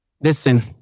Listen